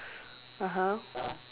(uh huh)